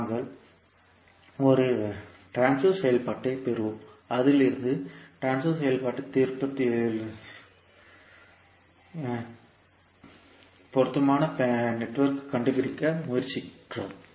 நாங்கள் ஒரு பரிமாற்ற செயல்பாட்டைப் பெறுவோம் அதிலிருந்து பரிமாற்ற செயல்பாட்டை திருப்திப்படுத்தும் பொருத்தமான பிணையத்தைக் கண்டுபிடிக்க முயற்சிக்கிறோம்